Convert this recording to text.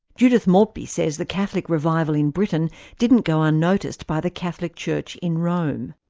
judith maltby says the catholic revival in britain didn't go unnoticed by the catholic church in rome.